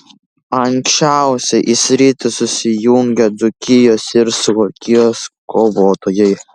anksčiausiai į sritį susijungė dzūkijos ir suvalkijos kovotojai